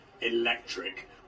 Electric